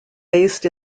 based